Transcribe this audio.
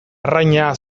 arraina